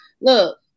Look